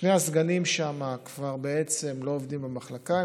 שני הסגנים שם כבר לא עובדים במחלקה,